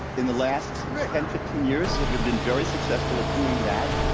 in the last ten, fifteen years have been been very successful at doing that.